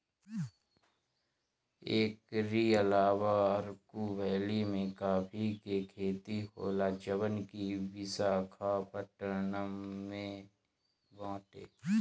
एकरी अलावा अरकू वैली में काफी के खेती होला जवन की विशाखापट्टनम में बाटे